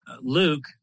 Luke